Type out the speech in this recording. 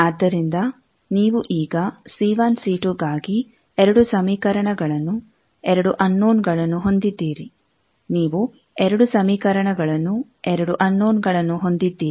ಆದ್ದರಿಂದ ನೀವು ಈಗ C1 C2 ಗಾಗಿ 2 ಸಮೀಕರಣಗಳನ್ನು 2 ಅನ್ನೋನಗಳನ್ನು ಹೊಂದಿದ್ದೀರಿ ನೀವು 2 ಸಮೀಕರಣಗಳನ್ನು 2 ಅನ್ನೋನunknownಗಳನ್ನು ಹೊಂದಿದ್ದೀರ